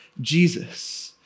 Jesus